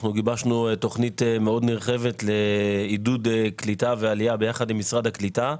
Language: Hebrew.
תוכנית מאוד נרחבת לעידוד קליטה ועלייה ביחד עם משרד הקליטה,